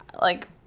like-